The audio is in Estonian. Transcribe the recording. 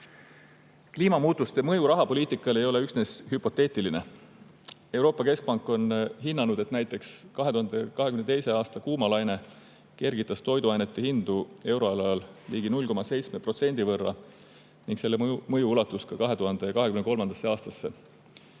säilitamine. Kliimamuutuste mõju rahapoliitikale ei ole üksnes hüpoteetiline. Euroopa Keskpank on hinnanud, et näiteks 2022. aasta kuumalaine kergitas toiduainete hindu euroalal ligi 0,7% võrra ning selle mõju ulatus ka 2023. aastasse.